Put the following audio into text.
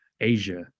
Asia